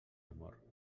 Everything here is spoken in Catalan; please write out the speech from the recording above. amor